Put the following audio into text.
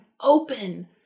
open